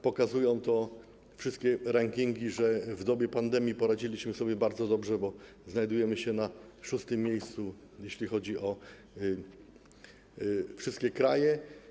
Pokazują to wszystkie rankingi - w dobie pandemii poradziliśmy sobie bardzo dobrze, bo znajdujemy się na szóstym miejscu, jeśli chodzi o wszystkie kraje.